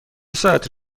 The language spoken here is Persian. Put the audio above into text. ساعتی